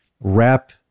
wrap